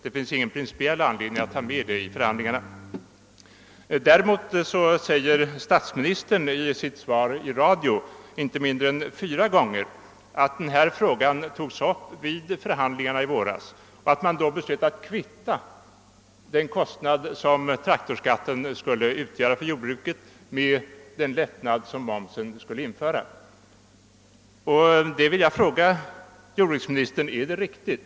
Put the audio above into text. Statsministern framhöll däremot i sitt svar i radio inte mindre än fyra gånger att frågan togs upp vid förhandlingarna i våras och att man då beslöt att kvitta den kostnad som traktorskatten innebar för jordbrukarna mot den lättnad som momsen skulle medföra. Därför vill jag fråga jordbruksministern om detta är riktigt.